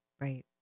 right